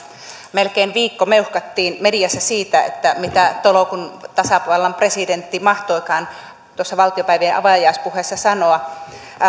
melkein viikko meuhkattiin mediassa siitä mitä tolkun tasavallan presidentti mahtoikaan tuossa valtiopäivien avajaispuheessa sanoa